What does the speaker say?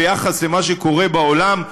ביחס למה שקורה בעולם,